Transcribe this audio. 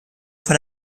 von